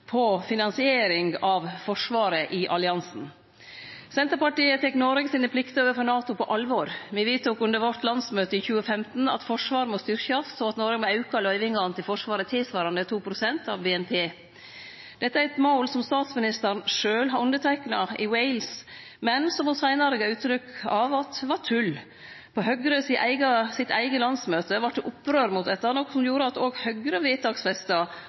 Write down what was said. på finansiering av forsvaret i alliansen. Senterpartiet tek Noreg sine plikter overfor NATO på alvor. Me vedtok under vårt landsmøte i 2015 at Forsvaret må styrkjast, og at Noreg må auke løyvingane til Forsvaret tilsvarande 2 pst. av BNP. Dette er eit mål som statsministeren sjølv har underteikna i Wales, men som ho seinare gav uttrykk for var tull. På Høgre sitt eige landsmøte vart det opprør mot dette, noko som gjorde at òg Høgre vedtaksfesta